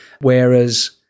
Whereas